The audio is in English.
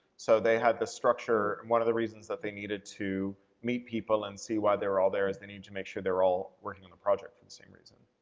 so they had this structure, one of the reasons that they needed to meet people and see why they were all there is they needed to make sure they were all working and the project for the same reason.